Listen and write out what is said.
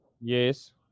Yes